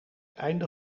einde